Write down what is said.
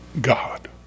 God